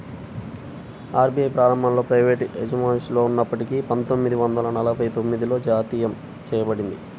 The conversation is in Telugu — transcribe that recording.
ఆర్.బీ.ఐ ప్రారంభంలో ప్రైవేటు అజమాయిషిలో ఉన్నప్పటికీ పందొమ్మిది వందల నలభై తొమ్మిదిలో జాతీయం చేయబడింది